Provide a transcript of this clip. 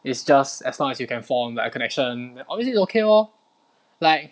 it's just as long as you can form like a connection then obviously it's okay lor like